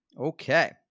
Okay